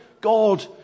God